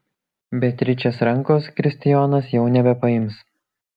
beatričės rankos kristijonas jau nebepaims